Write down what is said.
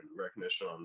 recognition